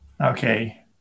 Okay